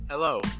Hello